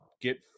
get